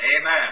Amen